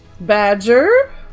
Badger